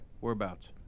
Whereabouts